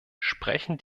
sprechen